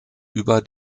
über